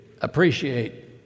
appreciate